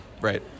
right